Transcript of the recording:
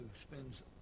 spends